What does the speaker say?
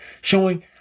showing